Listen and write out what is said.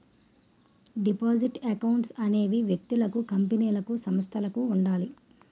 deposit accounts అనేవి వ్యక్తులకు కంపెనీలకు సంస్థలకు ఉండాలి